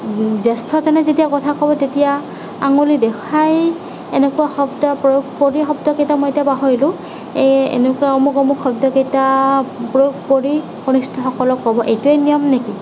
জ্যেষ্ঠজনে যেতিয়া কথা ক'ব তেতিয়া আঙুলি দেখাই এনেকুৱা শব্দ প্ৰয়োগ কৰি শব্দকেইটা মই এতিয়া পাহৰিলোঁ এই এনেকুৱা অমুক অমুক শব্দকেইটা প্ৰয়োগ কৰি কনিষ্ঠসকলক ক'ব এইটোৱেই নিয়ম নেকি